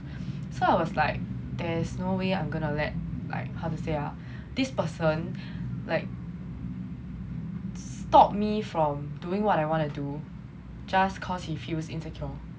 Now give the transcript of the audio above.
so I was like there's no way I'm going to let like how to say ah this person like stop me from doing what I wanna do just cause he feels insecure